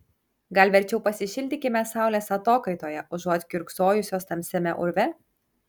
gal verčiau pasišildykime saulės atokaitoje užuot kiurksojusios tamsiame urve